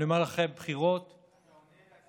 אני אומר לכם, בחירות, אתה עונה להצעת